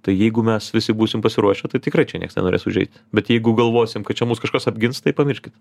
tai jeigu mes visi būsim pasiruošę tai tikrai čia nieks nenorės užeit bet jeigu galvosim kad čia mus kažkas apgins tai pamirškit